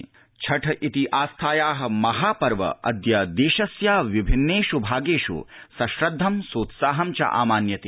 छठ पर्व छठ ी आस्थायाः महापर्व अद्य देशस्य विभिन्नेष् भागेष् सश्रद्ध सोत्साहं च आमान्यते